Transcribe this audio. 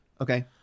Okay